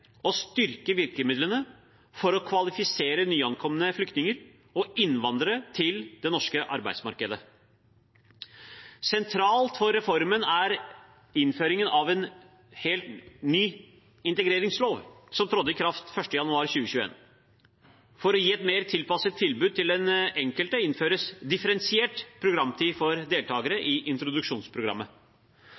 styrke virkemidlene for å kvalifisere nyankomne flyktninger og innvandrere til det norske arbeidsmarkedet. Sentralt for reformen er innføringen av en helt ny integreringslov, som trådte i kraft 1. januar 2021. For å gi et mer tilpasset tilbud til den enkelte innføres differensiert programtid for deltakerne i introduksjonsprogrammet.